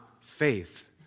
faith